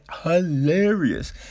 Hilarious